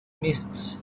mists